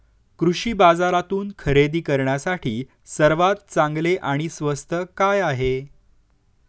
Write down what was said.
कृषी बाजारातून खरेदी करण्यासाठी सर्वात चांगले आणि स्वस्त काय आहे?